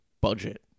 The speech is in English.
budget